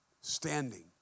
Standing